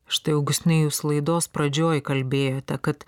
štai augustinai jūs laidos pradžioj kalbėjote kad